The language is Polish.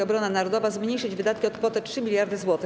Obrona narodowa zmniejszyć wydatki o kwotę 3 mld zł.